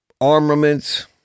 armaments